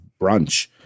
brunch